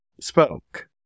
spoke